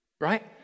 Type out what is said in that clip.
right